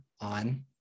on